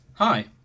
Hi